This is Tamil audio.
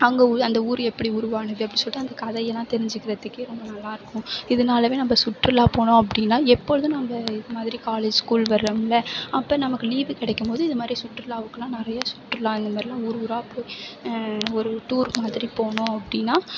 அங்கே அந்த ஊர் எப்படி உருவானது அப்படின்னு சொல்லிட்டு அந்த கதையெலாம் தெரிஞ்சுக்குறத்துக்கே ரொம்ப நல்லா இருக்கும் இதனாலவே நம்ம சுற்றுலா போனோம் அப்படின்னா எப்பொழுது நாங்கள் இது மாதிரி காலேஜ் ஸ்கூல் வரோம் அப்போ நமக்கு லீவு கிடைக்கும் போது இது மாதிரி சுற்றுலாவுக்கெலாம் நிறையா சுற்றுலா அந்த மாதிரியெலாம் ஊர் ஊராக போய் ஒரு டுர் மாதிரி போகணும் அப்படினா